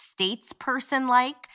statesperson-like